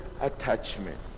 attachment